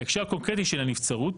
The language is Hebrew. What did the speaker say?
בהקשר הקונקרטי של הנבצרות,